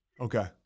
okay